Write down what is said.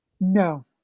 No